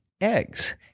eggs